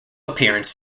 appearance